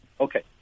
Okay